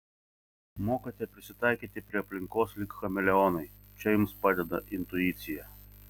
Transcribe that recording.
mokate prisitaikyti prie aplinkos lyg chameleonai čia jums padeda intuicija